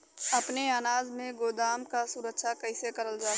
अपने अनाज के गोदाम क सुरक्षा कइसे करल जा?